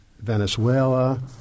Venezuela